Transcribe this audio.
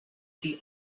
the